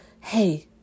hey